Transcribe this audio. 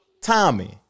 Tommy